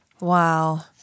Wow